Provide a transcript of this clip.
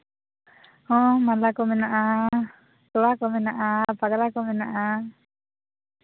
ᱦᱚᱸ ᱢᱟᱞᱟ ᱠᱚ ᱢᱮᱱᱟᱜᱼᱟ ᱛᱚᱲᱟ ᱠᱚ ᱢᱮᱱᱟᱜᱼᱟ ᱯᱟᱜᱽᱨᱟ ᱠᱚ ᱢᱮᱱᱟᱜᱼᱟ